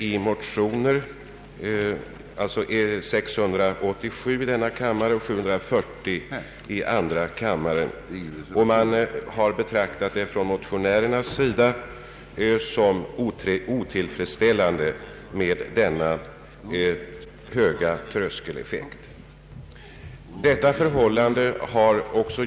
I motionerna I: 687 och II: 740 framhåller motionärerna att de betraktar det som otillfredsställande att denna höga tröskeleffekt kan uppstå.